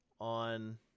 on